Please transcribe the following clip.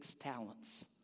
talents